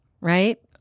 right